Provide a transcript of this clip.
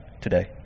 today